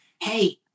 hey